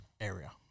area